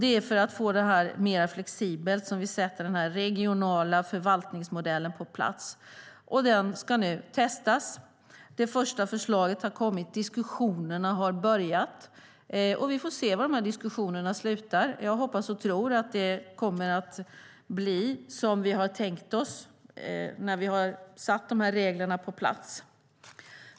Det är för att göra det mer flexibelt som vi sätter den regionala förvaltningsmodellen på plats. Den ska nu testas. Det första förslaget har kommit. Diskussionerna har börjat, och vi får se var de slutar. Jag hoppas och tror att det kommer att bli som vi har tänkt oss när vi har satt reglerna på plats.